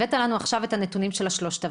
הבאת לנו עכשיו את הנתונים של ה-3,000.